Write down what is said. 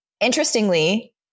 interestingly